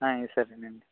ఆయ్ సరే అండి